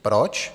Proč?